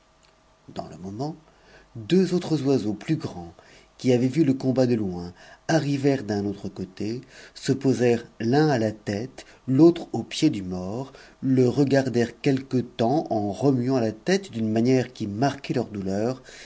dans le moment deux autres oiseaux plus grands qui avaient vu le nntbattle loin arrivèrent d'un autre côté se posèrent l'un à la tête autre aux pieds du mort le regardèrent quelque temps en remuant la tête d'une manière qui marquait leur douleur